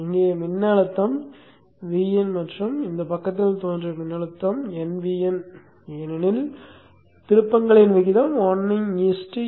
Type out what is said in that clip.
இங்கே மின்னழுத்தம் Vin மற்றும் இந்தப் பக்கத்தில் தோன்றும் மின்னழுத்தம் nVin ஏனெனில் திருப்பங்களின் விகிதம் 1 n